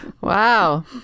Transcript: Wow